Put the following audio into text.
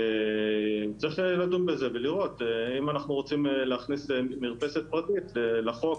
צריך לדון בזה ולראות האם אנחנו רוצים להכניס מרפסת פרטית לחוק,